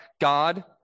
God